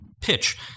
pitch